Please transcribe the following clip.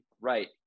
Right